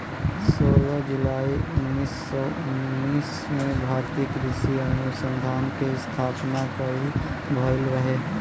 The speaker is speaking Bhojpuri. सोलह जुलाई उन्नीस सौ उनतीस में भारतीय कृषि अनुसंधान के स्थापना भईल रहे